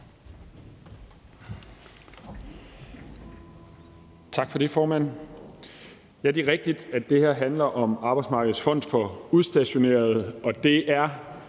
Tak for det, formand. Det er rigtigt, at det her handler om Arbejdsmarkedets Fond for Udstationerede, og det er